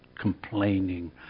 complaining